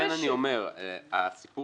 לכן אמרתי